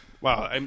Wow